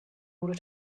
order